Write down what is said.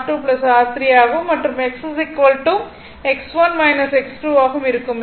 R R1 R2 R3 ஆகவும் மற்றும் X X1 X2 ஆகவும் இருக்கும்